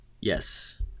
Yes